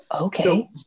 Okay